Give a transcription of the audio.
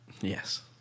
Yes